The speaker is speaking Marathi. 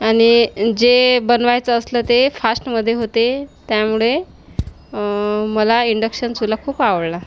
आणि जे बनवायचं असलं ते फास्टमध्ये होते त्यामुळे मला इंडक्शन चुल्हा खूप आवडला